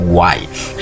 wife